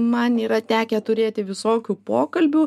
man yra tekę turėti visokių pokalbių